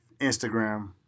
Instagram